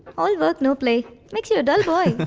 all work no play, makes you a dull boy.